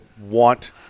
want